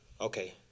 okay